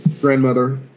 grandmother